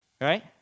Right